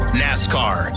nascar